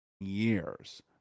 years